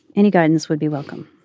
any guidance would be welcome